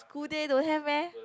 school day don't have meh